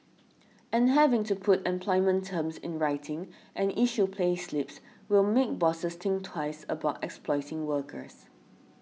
and having to put employment terms in writing and issue payslips will make bosses think twice about exploiting workers